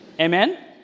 Amen